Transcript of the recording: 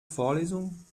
vorlesung